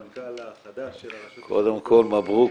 המנכ"ל החדש של הרשות לשירות --- קודם כל מברוק,